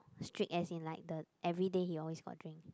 streak as in like the everyday he always got drink